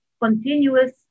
continuous